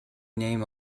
name